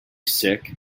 sick